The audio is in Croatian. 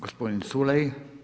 Gospodin Culej.